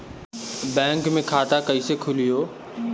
Bank मे खाता कईसे खुली हो?